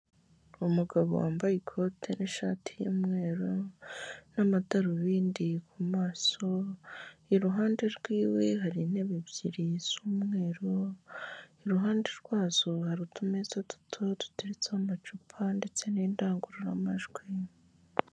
Ni umugabo wambaye ikote n'ishati y'umweru n'amadarubindi ku maso, iruhande rwiwe hari intebe ebyiri z'umweru, iruhande rwazo hari utumeze duto duteretseho amacupa ndetse n'indangururamajwi.